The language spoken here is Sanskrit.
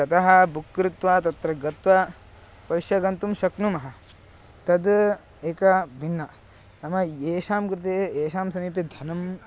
ततः बुक् कृत्वा तत्र गत्वा उपविश्य गन्तुं शक्नुमः तद् एका भिन्ना नाम येषां कृते येषां समीपे धनम्